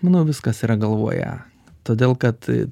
manau viskas yra galvoje todėl kad